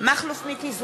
מכלוף מיקי זוהר,